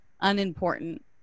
unimportant